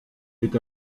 est